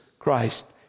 Christ